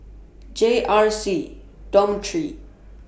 J R C Dormitory